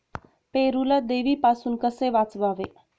पेरूला देवीपासून कसे वाचवावे?